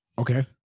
Okay